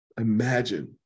Imagine